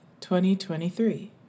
2023